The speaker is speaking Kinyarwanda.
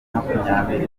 makumyabiri